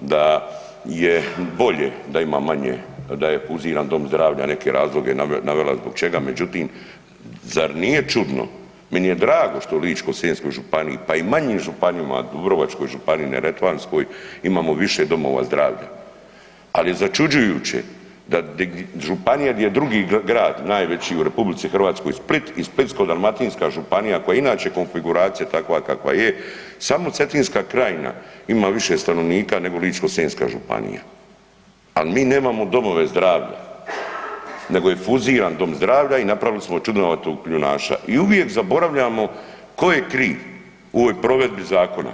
da je bolje da ima manje, da je fuziran dom zdravlja, neke razloge navela zbog čega, međutim, zar nije čudno, meni je drago što u Ličko-senjskoj županiji, pa i manjim županijama, dubrovačkoj županiji, neretvanskoj, imamo više domova zdravlja, ali je začuđujuće da di, županija gdje je drugi grad najveći u RH, Split i Splitsko-dalmatinska županija, koja je inače konfiguracija takva kakva je, samo Cetinska krajina ima više stanovnika nego Ličko-senjska županija, ali mi nemamo domove zdravlja, nego je fuziran dom zdravlja i napravili smo čudnovatog kljunaša i uvijek zaboravljamo tko je kriv u ovoj provedbi zakona.